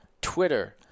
Twitter